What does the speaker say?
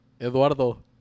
Eduardo